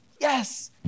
Yes